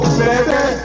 baby